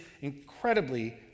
incredibly